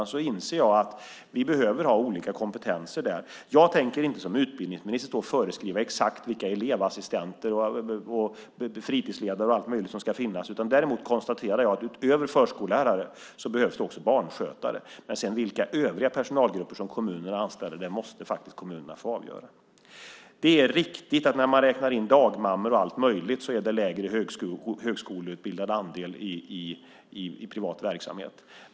Därför inser jag att vi behöver ha olika kompetenser där. Jag tänker inte som utbildningsminister föreskriva exakt vilka elevassistenter, fritidsledare och allt möjligt som ska finnas. Däremot konstaterar jag att utöver förskollärare behövs det också barnskötare. Vilka övriga personalgrupper som kommunerna anställer måste kommunerna få avgöra. Det är riktigt att när man räknar in dagmammor och allt möjligt är det lägre högskoleutbildad andel i privat verksamhet.